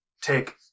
take